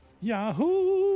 Yahoo